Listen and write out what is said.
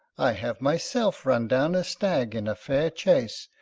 i have my self run down a stag in a fair chace,